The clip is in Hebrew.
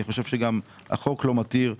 גם החוק לא מתיר לדעתי.